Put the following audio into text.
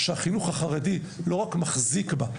שהחינוך החרדי לא רק מחזיק בה,